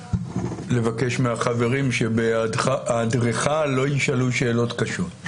לבקש מהחברים שבהעדרך לא ישאלו שאלות קשות.